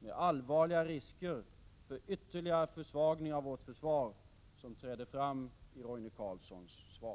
med allvarliga risker för en ytterligare försvagning av vårt försvar som träder fram i Roine Carlssons svar.